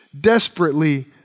desperately